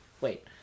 Wait